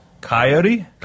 Coyote